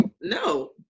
No